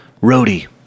roadie